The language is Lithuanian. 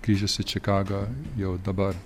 grįžęs į čikagą jau dabar